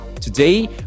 Today